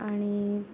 आणि